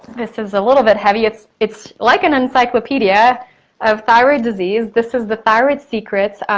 this is a little bit heavy. it's it's like an encyclopedia of thyroid disease. this is the thyroid secret's,